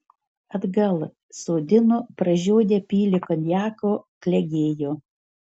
atgal sodino pražiodę pylė konjako klegėjo